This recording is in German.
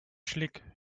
schlick